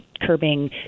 curbing